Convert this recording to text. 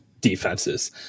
defenses